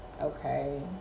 Okay